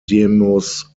demos